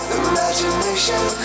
imagination